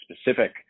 specific